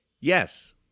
Yes